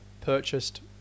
purchased